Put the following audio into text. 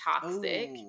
toxic